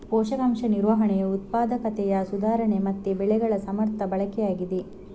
ಪೋಷಕಾಂಶ ನಿರ್ವಹಣೆಯು ಉತ್ಪಾದಕತೆಯ ಸುಧಾರಣೆ ಮತ್ತೆ ಬೆಳೆಗಳ ಸಮರ್ಥ ಬಳಕೆಯಾಗಿದೆ